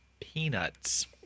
Peanuts